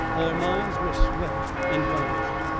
our minds were swept and garnished,